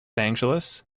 angeles